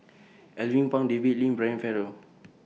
Alvin Pang David Lim Brian Farrell